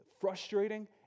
frustrating